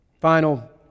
Final